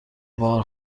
بار